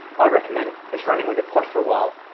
i'd recommend just running with the pod for a while.